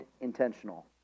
intentional